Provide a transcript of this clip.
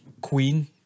Queen